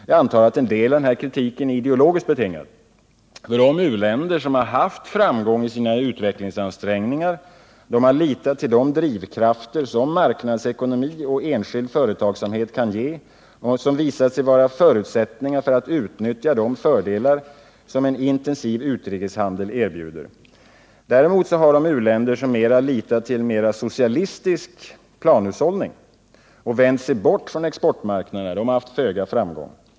Jag antar att en del av denna kritik är ideologiskt betingad. De u-länder som har haft framgång i sina utvecklingsansträngningar har litat till de drivkrafter som marknadsekonomi och enskild företagsamhet kan ge och som visat sig vara förutsättningar för att utnyttja de fördelar som en intensiv utrikeshandel erbjuder. Däremot har de u-länder som mera litat till en socialistisk planhushållning och vänt sig bort från exportmarknaderna haft föga framgång.